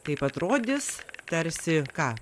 kaip atrodys tarsi ką